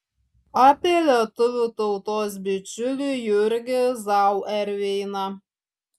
apie lietuvių tautos bičiulį jurgį zauerveiną